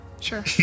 Sure